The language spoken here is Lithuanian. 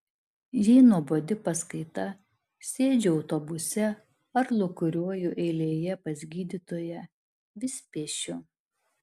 jei nuobodi paskaita sėdžiu autobuse ar lūkuriuoju eilėje pas gydytoją vis piešiu